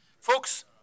Folks